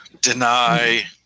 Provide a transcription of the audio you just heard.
Deny